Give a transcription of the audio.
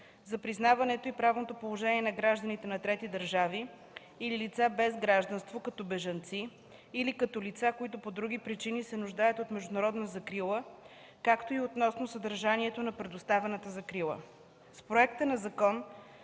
за признаването и правното положение на гражданите на трети държави или лицата без гражданство като бежанци или като лица, които по други причини се нуждаят от международна закрила, както и относно съдържанието на предоставената закрила.